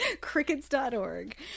crickets.org